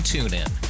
TuneIn